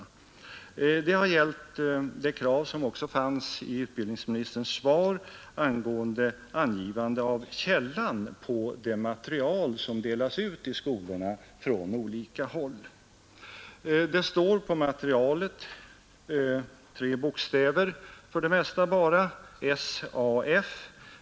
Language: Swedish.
Diskussionen har bl.a. gällt det krav som också fanns i utbildningsministerns svar angående angivande av källan på det material som delas ut i skolorna fran olika håll. På materialet står för det mesta bara tre bokstäver. SAF.